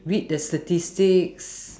read the statistics